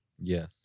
Yes